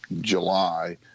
July